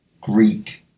Greek-